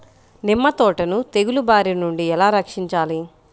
నిమ్మ తోటను తెగులు బారి నుండి ఎలా రక్షించాలి?